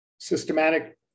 Systematic